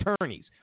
attorneys